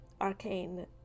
arcane